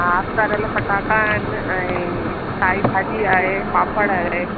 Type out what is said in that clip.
हा तरियलु पटाटा आहिनि ऐं साई भाॼी आहे पापड़ आहे